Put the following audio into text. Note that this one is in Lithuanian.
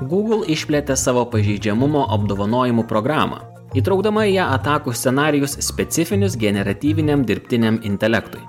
google išplėtė savo pažeidžiamumo apdovanojimų programą įtraukdama į ją atakų scenarijus specifinius generatyviniame dirbtiniam intelektui